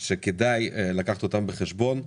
שכדאי לקחת אותן בחשבון.